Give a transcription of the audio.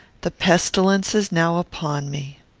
the pestilence is now upon me.